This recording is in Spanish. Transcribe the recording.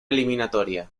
eliminatoria